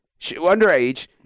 underage